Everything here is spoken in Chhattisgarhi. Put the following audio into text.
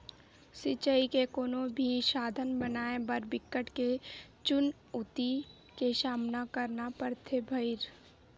सिचई के कोनो भी साधन बनाए बर बिकट के चुनउती के सामना करना परथे भइर